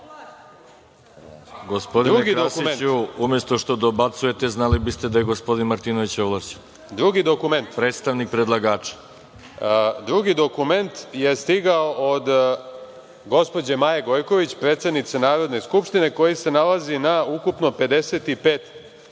Drugi dokument je stigao od gospođe Maje Gojković, predsednice Narodne skupštine koji se nalazi na ukupno 55 stranica.